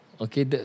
Okay